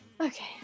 Okay